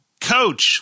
Coach